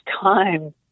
time